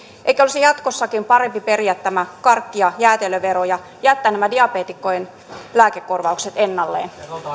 eikö olisi jatkossakin parempi periä tämä karkki ja jäätelövero ja jättää nämä diabeetikkojen lääkekorvaukset ennalleen